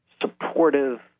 supportive